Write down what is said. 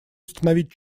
установить